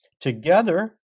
Together